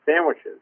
sandwiches